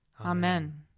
Amen